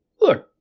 Look